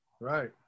Right